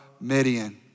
Midian